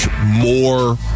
more